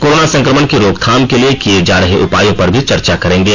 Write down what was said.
corona संक्रमण की रोकथाम के लिए किये जा रहे उपायों पर भी चर्चा करेंगे